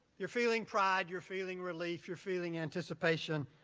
you're feeling pride, you're feeling relief, you're feeling anticipation,